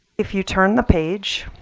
if you turn the page,